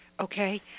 Okay